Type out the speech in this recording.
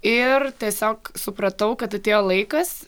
ir tiesiog supratau kad atėjo laikas